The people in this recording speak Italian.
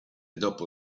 dopo